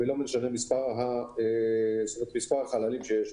ולא משנה מספר החללים שיש.